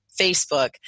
Facebook